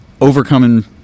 overcoming